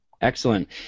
Excellent